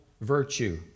virtue